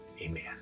amen